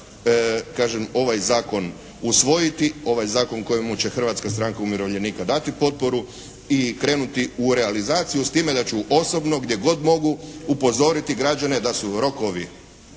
kažem, ovaj zakon usvojiti. Ovaj zakon kojemu će Hrvatska stranka umirovljenika dati potporu i krenuti u realizaciju. S time da ću osobno gdje god mogu upozoriti građane da su rokovi